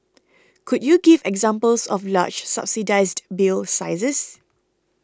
could you give examples of large subsidised bill sizes